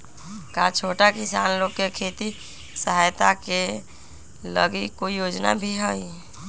का छोटा किसान लोग के खेती सहायता के लगी कोई योजना भी हई?